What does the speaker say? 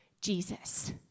Jesus